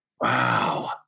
Wow